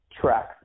tracks